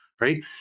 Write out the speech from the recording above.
right